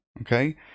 okay